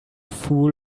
fool